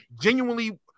genuinely